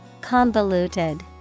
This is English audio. Convoluted